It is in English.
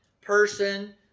person